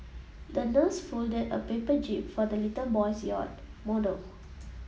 the nurse folded a paper jib for the little boy's yacht model